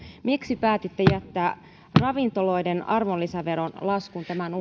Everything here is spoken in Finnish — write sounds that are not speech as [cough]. miksi päätitte jättää ravintoloiden arvonlisäveron laskun tämän [unintelligible]